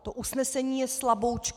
To usnesení je slaboučké.